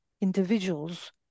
individuals